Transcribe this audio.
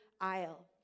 aisle